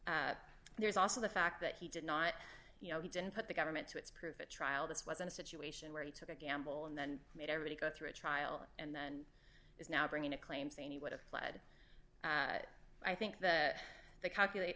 case there's also the fact that he did not you know he didn't put the government to its proof a trial this wasn't a situation where he took a gamble and then made everybody go through a trial and then is now bringing a claim saying he would have pled i think that they calculat